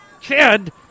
kid